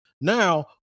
Now